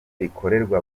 rikorerwa